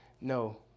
No